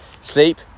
sleep